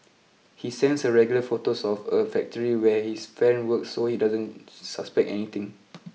he sends her regular photos of a factory where his friend works so she doesn't suspect anything